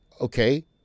Okay